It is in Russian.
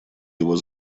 его